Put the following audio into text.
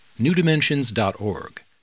newdimensions.org